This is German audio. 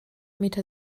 meter